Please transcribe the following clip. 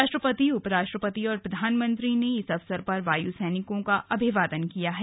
राष्ट्रपति उप राष्ट्रपति और प्रधानमंत्री ने इस अवसर पर वायु सैनिकों का अभिवादन किया है